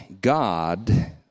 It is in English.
God